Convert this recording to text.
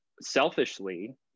selfishly